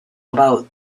about